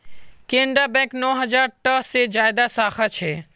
केनरा बैकेर नौ हज़ार टा से ज्यादा साखा छे